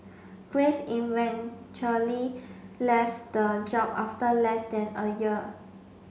grace eventually left the job after less than a year